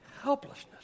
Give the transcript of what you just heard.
Helplessness